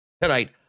tonight